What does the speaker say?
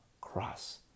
cross